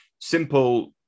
simple